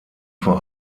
vor